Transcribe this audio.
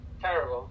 Terrible